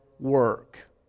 work